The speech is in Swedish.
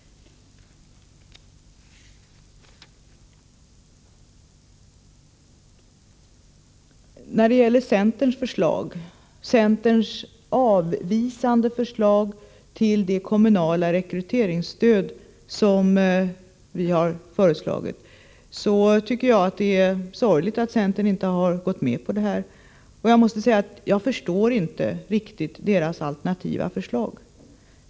Centern avvisar regeringens förslag till kommunalt rekryteringsstöd, och jag tycker att det är sorgligt. Jag förstår inte riktigt centerns alternativa förslag.